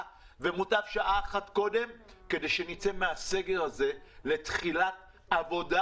מוטב שעה אחת קודם כדי שנצא מן הסגר הזה לתחילת עבודה.